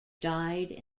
died